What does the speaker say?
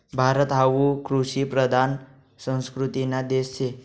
भारत हावू कृषिप्रधान संस्कृतीना देश शे